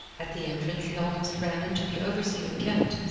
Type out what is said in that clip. at the entrance he almost ran into the overseer kent,